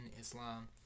Islam